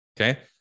Okay